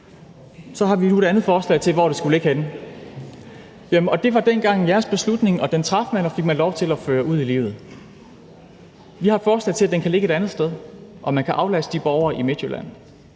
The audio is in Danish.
Så har vi nu et andet forslag til, hvor det skulle ligge henne. Det var dengang jeres beslutning, og den traf man og fik lov til at føre ud i livet. Vi har et forslag til, at det kan ligge et andet sted, og at man kan aflaste de borgere i Midtjylland.